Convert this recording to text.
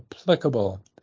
applicable